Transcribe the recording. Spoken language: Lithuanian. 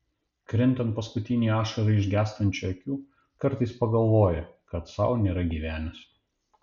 krintant paskutinei ašarai iš gęstančių akių kartais pagalvoja kad sau nėra gyvenęs